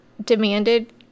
demanded